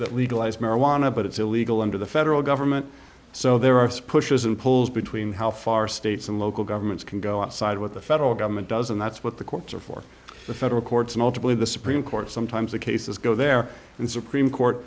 that legalized marijuana but it's illegal under the federal government so there are supporters and pulls between how far states and local governments can go outside what the federal government does and that's what the courts are for the federal courts and ultimately the supreme court sometimes the cases go there and supreme court